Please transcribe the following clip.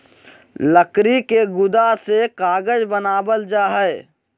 लकड़ी के गुदा से कागज बनावल जा हय